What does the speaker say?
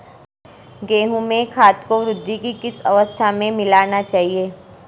गेहूँ में खाद को वृद्धि की किस अवस्था में मिलाना चाहिए?